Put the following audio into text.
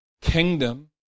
kingdom